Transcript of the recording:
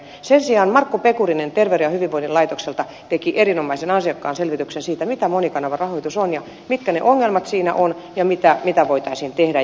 sen sijaan markku pekurinen terveyden ja hyvinvoinnin laitokselta teki erinomaisen ansiokkaan selvityksen siitä mitä monikanavarahoitus on mitkä ne ongelmat siinä ovat ja mitä voitaisiin tehdä